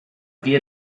wie